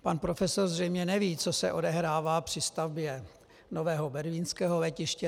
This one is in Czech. Pan profesor zřejmě neví, co se odehrává při stavbě nového berlínského letiště.